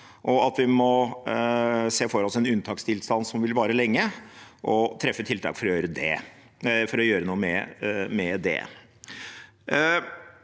og at vi må se for oss en unntakstilstand som vil vare lenge, og treffe tiltak for å gjøre noe med det.